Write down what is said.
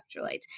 electrolytes